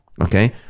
okay